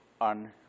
on